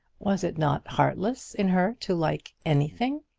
was it not heartless in her to like anything?